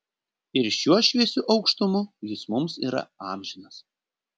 ir šiuo šviesiu aukštumu jis mums yra amžinas